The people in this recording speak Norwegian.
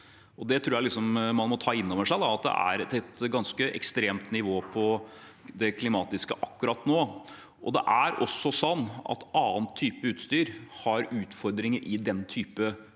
Jeg tror man må ta inn over seg at det er et ganske ekstremt nivå på det klimatiske akkurat nå. Det er også sånn at andre typer utstyr har utfordringer i den type kulde